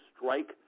strike